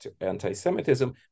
anti-Semitism